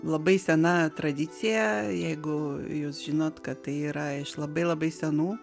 labai sena tradicija jeigu jūs žinot kad tai yra iš labai labai senų